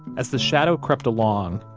as the shadow crept along,